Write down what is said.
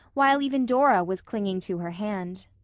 while even dora was clinging to her hand.